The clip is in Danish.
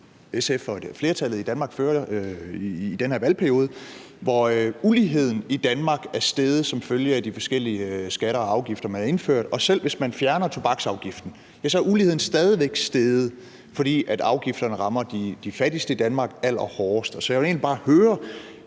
SF og flertallet i Danmark fører i den her valgperiode, hvor uligheden i Danmark er steget som følge af de forskellige skatter og afgifter, man har indført. Og selv hvis man fjerner tobaksafgiften, er uligheden stadig væk steget, fordi afgifterne rammer de fattigste i Danmark allerhårdest. Så jeg vil egentlig bare høre